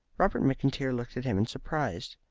robert mcintyre looked at him in surprise.